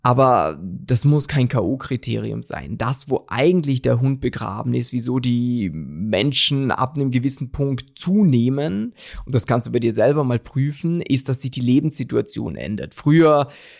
Aber das muss kein K.O.-Kriterium sein. Das, wo eigentlich der Hund begraben ist, wieso die Menschen ab einem gewissen Punkt zunehmen, und das kannst du bei dir selber mal prüfen, ist, dass sich die Lebenssituation ändert. Früher